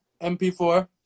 mp4